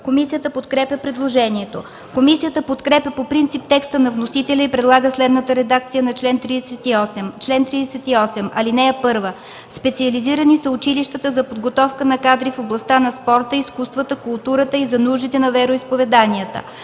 Комисията подкрепя предложението. Комисията подкрепя по принцип текста на вносителя и предлага следната редакция на чл. 38: „Чл. 38. (1) Специализирани са училищата за подготовка на кадри в областта на спорта, изкуствата, културата и за нуждите на вероизповеданията.